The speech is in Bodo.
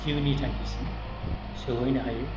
जिउनि थांखिसिम सहैनो हायो